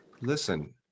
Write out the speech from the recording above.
Listen